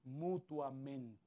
mutuamente